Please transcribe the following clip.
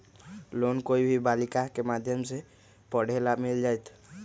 Loan कोई भी बालिका के माध्यम से पढे ला मिल जायत?